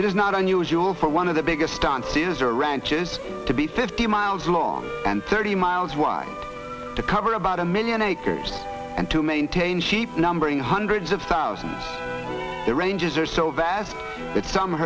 it is not unusual for one of the biggest dances or ranches to be fifty miles long and thirty miles wide to cover about a million acres and to maintain sheep numbering hundreds of thousands the ranges are so vast that some